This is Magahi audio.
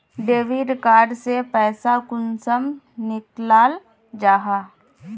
डेबिट कार्ड से पैसा कुंसम निकलाल जाहा?